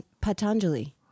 Patanjali